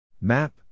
Map